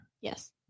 Yes